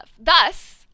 Thus